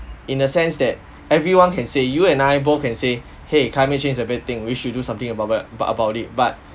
in a sense that everyone can say you and I both can say !hey! climate change's a bad thing we should do something about but but about it but